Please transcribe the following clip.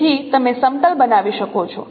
તેથી તમે સમતલ બનાવી શકો છો